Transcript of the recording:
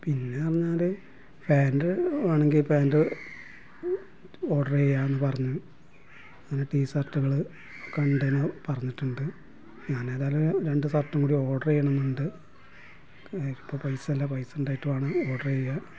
പിന്നെറഞ്ഞാൽ pant വേണങ്കിൽ pant order ചെയ്യാന്ന് പറഞ്ഞു ഇനി ടീസർട്ട്കള് കണ്ടനു പറഞ്ഞിട്ടുണ്ട് ഞാൻ ഏതായാലും രണ്ടു സർട്ടും കൂടി ഓർഡർ ചെയ്യണംന്നുണ്ട് ഇപ്പം പൈസ ഇല്ല പൈസണ്ടായിട്ട് വേണം ഓർഡർ ചെയ്യാൻ